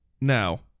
Now